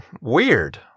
weird